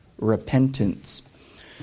repentance